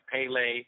Pele